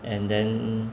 and then